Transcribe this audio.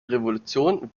revolution